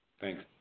Thanks